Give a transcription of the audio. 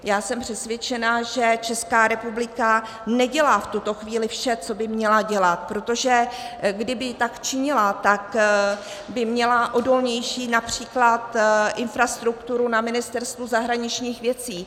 Já jsem přesvědčena, že Česká republika nedělá v tuto chvíli vše, co by měla dělat, protože kdyby tak činila, tak by měla odolnější například infrastrukturu na Ministerstvu zahraničních věcí.